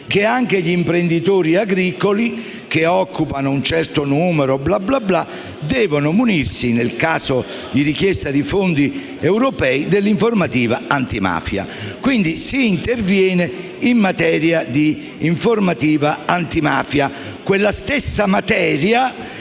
che anche gli imprenditori agricoli che occupano un certo numero di dipendenti debbano munirsi, in caso di richiesta di fondi europei, dell'informativa antimafia. Quindi si interviene in materia di informativa antimafia, quella stessa materia